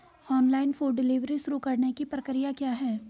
Online food delivery शुरू करने की प्रक्रिया क्या है?